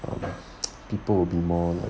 people will be more lah